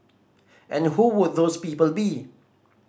and who would those people be